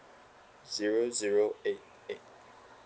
zero zero eight eight